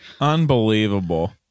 Unbelievable